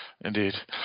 Indeed